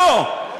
לא,